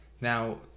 Now